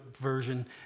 version